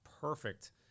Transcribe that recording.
perfect